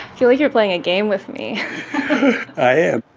feel like you're playing a game with me i am